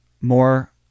more